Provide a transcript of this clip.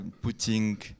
putting